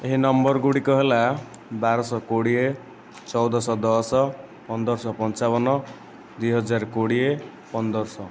ଏହି ନମ୍ବର ଗୁଡ଼ିକ ହେଲା ବାରଶହ କୋଡ଼ିଏ ଚଉଦଶହ ଦଶ ପନ୍ଦରଶହ ପଞ୍ଚାବନ ଦୁଇହଜାର କୋଡ଼ିଏ ପନ୍ଦରଶହ